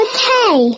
Okay